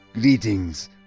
Greetings